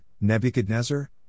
Nebuchadnezzar